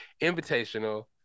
invitational